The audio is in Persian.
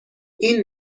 این